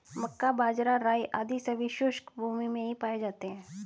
मक्का, बाजरा, राई आदि सभी शुष्क भूमी में ही पाए जाते हैं